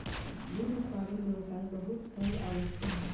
दूध उत्पादन व्यवसाय बहुत फैलल व्यवसाय हइ